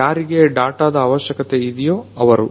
ಯಾರಿಗೆ ಡಾಟದ ಅವಶ್ಯಕತೆ ಇದೆಯೋ ಅವರು